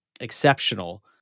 exceptional